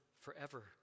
forever